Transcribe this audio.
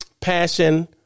Passion